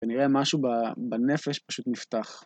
כנראה משהו בנפש פשוט נפתח.